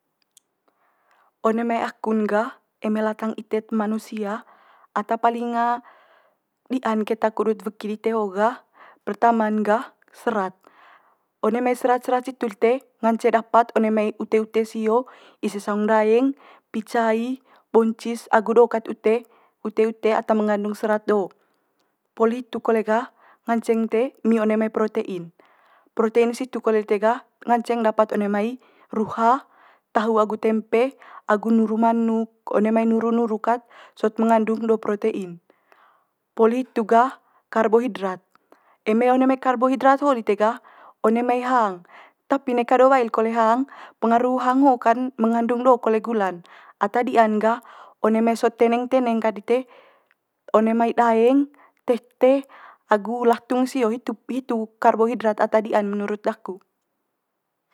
one mai aku'n gah eme latang ite't manusia ata paling dia'n keta kudut weki dite ho gah pertaman gah serat. One mai serat serat situ lite ngance dapat one mai ute ute sio ise saung ndaeng, picai, boncis agu do kat ute, ute ute ata mengandung serat do. Poli hitu kole gah nganceng ite emi one mai protein, protein situ kole litte gah nganceng dapat one mai ruha, tahu agu tempe agu nuru manuk one mai nuru nuru kat sot mengandung do protein. Poli hitu gah karbohidrat, eme one mai karbohidrat ho lite gah one mai hang tapi neka do bail kole hang, pengaru hang ho kan mengandung do kole gula'n. Ata dia'n gah one mai sot teneng teneng kat dite one mai daeng tete agu latung sio hitu hitu karbohidrat ata dia'n menurut daku.